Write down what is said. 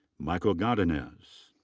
michael godinez.